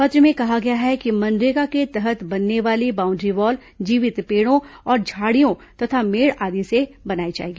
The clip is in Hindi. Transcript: पत्र में कहा गया है कि मनरेगा के तहत बनने वाली बाउंड्रीवॉल जीवित पेड़ों और झाड़ियों तथा मेड़ आदि से बनाई जाएगी